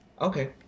Okay